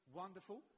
wonderful